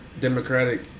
democratic